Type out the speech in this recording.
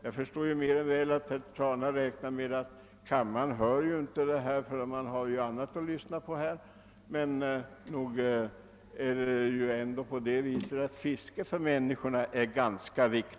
Jag förstår mer än väl att herr Trana räknar med att kammarens ledamöter inte hör vad jag säger — man har ju annat att lyssna på. Men nog är det på det sättet att fiske är en ganska viktig sak för människorna i allmänhet.